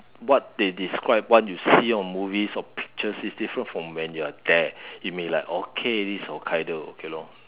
what they describe what you see on movies or pictures it's different from when you are there you may like okay this is Hokkaido okay lor